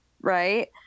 right